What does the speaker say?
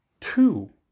two